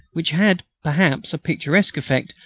which had, perhaps, a picturesque effect,